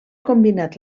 combinat